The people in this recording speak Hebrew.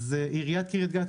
עיריית קריית גת,